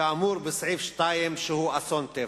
כאמור בסעיף 2, שהוא אסון טבע.